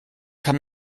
kann